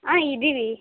ಹಾಂ ಇದ್ದೀವಿ